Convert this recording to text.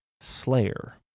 Slayer